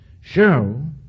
show